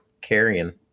carrying